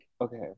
Okay